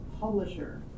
publisher